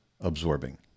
absorbing